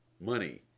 money